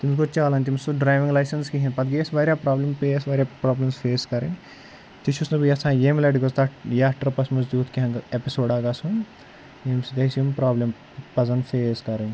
تٔمِس گوٚو چَالان تٔمِس ٲس ڈرٛایوِنٛگ لایسنٕس کِہیٖنۍ پَتہٕ گٔے اَسہِ واریاہ پرٛابلِم پے اَسہِ واریاہ پرٛابلِم فیس کَرٕنۍ تہِ چھُس نہٕ بہٕ یَژھان ییٚمہِ لَٹہِ گوٚژھ تَتھ ٹرٛپَس منٛز تیُتھ کینٛہہ اٮ۪پِسوڈا گژھُن ییٚمہِ سۭتۍ اَسہِ یِم پرٛابلِم پَزَن فیس کَرٕنۍ